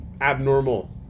abnormal